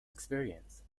experience